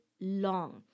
long